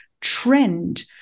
trend